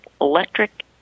electric